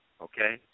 okay